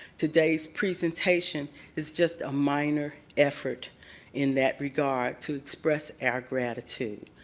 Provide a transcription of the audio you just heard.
today's presentation is just a minor effort in that regard to express our gratitude.